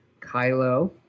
Kylo